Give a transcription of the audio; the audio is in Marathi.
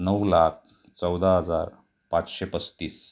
नऊ लाख चौदा हजार पाचशे पस्तीस